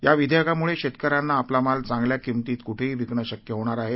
या विधेयकांमुळे शेतकऱ्यांना आपला माल चांगल्या किमतीत कुठेही विकणं शक्य होणार आहे